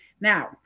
Now